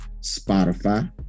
Spotify